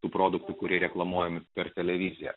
tų produktų kurie reklamuojami per televiziją